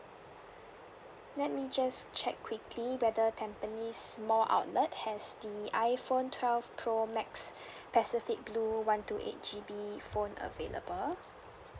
let me just check quickly whether tampines mall outlet has the iPhone twelve pro max pacific blue one two eight G_B phone available